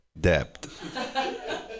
depth